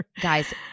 Guys